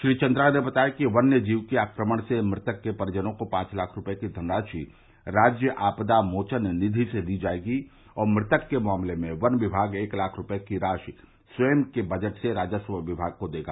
श्री चन्द्रा ने बताया कि वन्य जीव के आक्रमण से मृतक के परिजनों को पांच लाख रूपये की धनराशि राज्य आपदा मोचन निधि से दी जायेगी और मृतक के मामले में वन विभाग एक लाख रूपये की राशि स्वयं के बजट से राजस्व विमाग को देगा